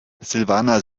silvana